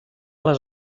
les